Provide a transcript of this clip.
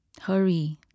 hurry